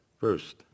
first